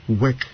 work